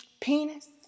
penis